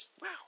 Wow